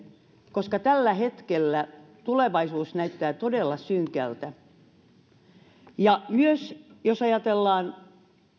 koska tällä hetkellä tulevaisuus näyttää todella synkältä myös jos ajatellaan